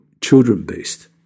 children-based